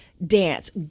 dance